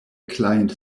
client